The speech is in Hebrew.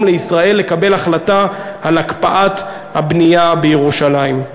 לישראל לקבל החלטה על הקפאת הבנייה בירושלים.